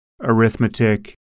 arithmetic